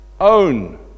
own